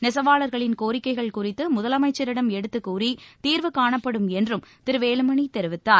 நெசவாளர்களின் கோரிக்கைகள் குறித்து முதலமைச்சரிடம் எடுத்துக் கூறி தீர்வு காணப்படும் என்றும் திரு வேலுமணி தெரிவித்தார்